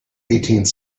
eighteenth